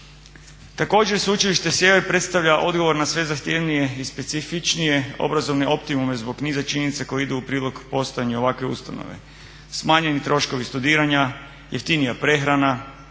Također Sveučilište Sjever predstavlja odgovor na sve zahtjevnije i specifičnije obrazovne optimume zbog niza činjenica koje idu u prilog postojanju ovakve ustanove. Smanjeni troškovi studiranja, jeftinija prehrana,